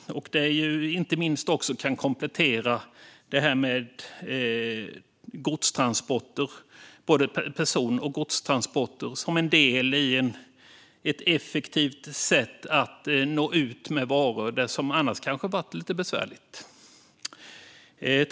Inte minst kan det komplettera både persontransporter och godstransporter som en del i att effektivt nå ut med varor där det annars kanske är lite besvärligt.